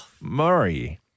murray